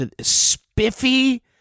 Spiffy